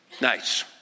Nice